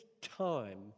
time